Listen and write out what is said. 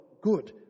Good